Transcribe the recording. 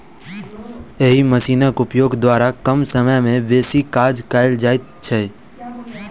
एहि मशीनक उपयोग द्वारा कम समय मे बेसी काज कयल जाइत छै